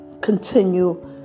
continue